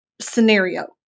scenario